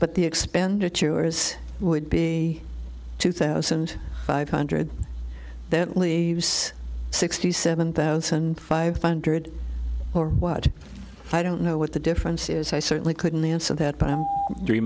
but the expenditure as would be two thousand five hundred that leaves sixty seven thousand five hundred or watch i don't know what the difference is i certainly couldn't answer that but i'm